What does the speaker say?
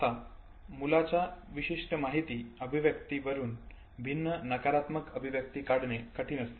आता मुलाच्या विशिष्ट माहिती अभिव्यक्ती वरून भिन्न नकारात्मक अभिव्यक्ती काढणे कठिण असते